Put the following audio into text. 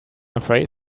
afraid